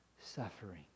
suffering